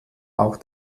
auch